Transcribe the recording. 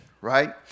right